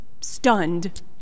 stunned